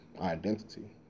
identity